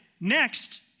next